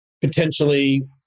potentially